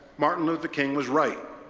martin luther king was right.